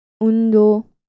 Undo